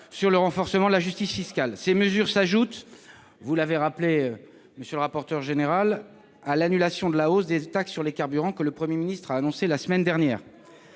sur le renforcement de la justice fiscale. Ces mesures s'ajoutent, vous l'avez rappelé, monsieur le rapporteur général, à l'annulation de la hausse des taxes sur le carburant que le Premier ministre a annoncée la semaine dernière.